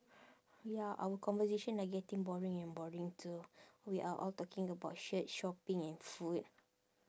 ya our conversation are getting boring and boring too we are all talking about shirt shopping and food